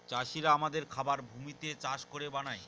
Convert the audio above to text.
চাষিরা আমাদের খাবার ভূমিতে চাষ করে বানায়